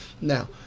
Now